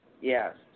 Yes